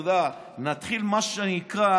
אתה יודע, נתחיל מה שנקרא,